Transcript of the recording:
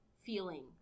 feeling